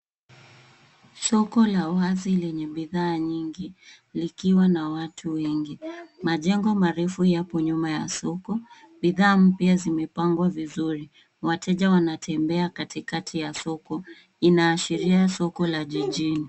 Soko la wazi lenye bidhaa nyingi likiwa na watu wengi. Majengo marefu yapo nyuma ya soko. Bidhaa mpya zimepangwa vizuri. Wateja wanatembea katikati ya soko. Inaashiria soko la jijini.